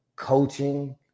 coaching